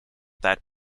that